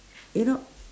you know